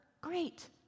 great